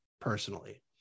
personally